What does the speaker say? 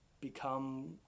become